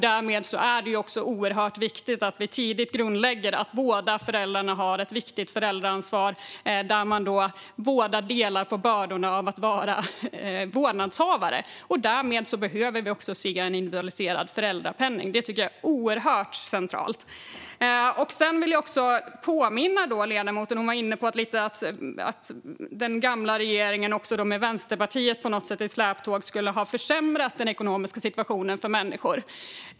Därför är det oerhört viktigt att vi tidigt grundlägger att båda föräldrarna har ett viktigt föräldraansvar där båda delar på bördorna av att vara vårdnadshavare, och därför behöver vi också få en individualiserad föräldrapenning. Detta tycker jag är centralt. Sedan vill jag påminna ledamoten om något. Hon var inne på att den gamla regeringen med Vänsterpartiet i släptåg på något sätt skulle ha försämrat den ekonomiska situationen för människor.